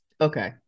Okay